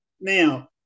Now